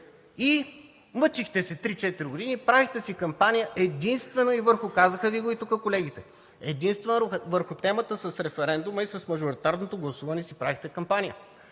И мъчихте се 3 – 4 години, правихте си кампания единствено, казаха Ви го тук колегите, единствено върху темата с референдума и с мажоритарното гласуване си правехте кампания.